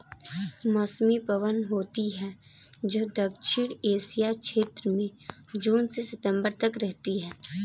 मौसमी पवन होती हैं, जो दक्षिणी एशिया क्षेत्र में जून से सितंबर तक रहती है